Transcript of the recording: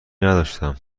نداشتم